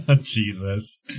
Jesus